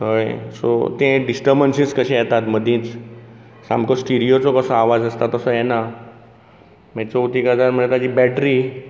कळ्ळें सो तें डिस्टर्बनसीज कशें येतात मदींच सामको स्टिरीयोचो कसो आवाज आसता तसो येना मागीर चवथी गजाल म्हळ्या ताची बॅट्री